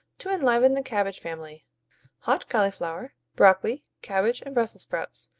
to enliven the cabbage family hot cauliflower, broccoli, cabbage and brussels sprouts.